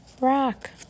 rock